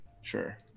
Sure